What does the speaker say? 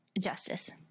justice